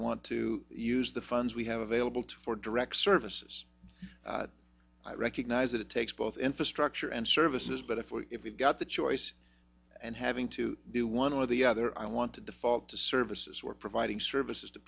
want to use the funds we have available to for direct services i recognize that it takes both infrastructure and services but if we if we've got the choice and having to do one or the other i want to default to services we're providing services to